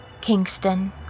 Kingston